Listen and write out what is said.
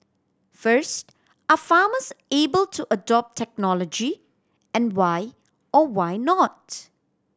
first are farmers able to adopt technology and why or why not